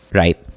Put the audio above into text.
right